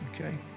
okay